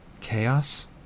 Chaos